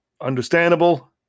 understandable